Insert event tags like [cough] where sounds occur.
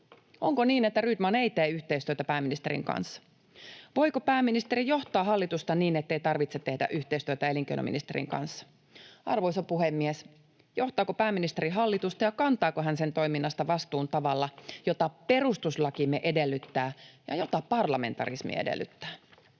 Onko niin, että Rydman ei tee yhteistyötä pääministerin kanssa? Voiko pääministeri johtaa hallitusta niin, [noise] ettei tarvitse tehdä yhteistyötä elinkeinoministerin kanssa? Arvoisa puhemies! Johtaako pääministeri hallitusta ja kantaako hän sen toiminnasta vastuun tavalla, [noise] jota perustuslakimme edellyttää ja jota parlamentarismi edellyttää?